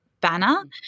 banner